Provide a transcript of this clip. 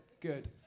Good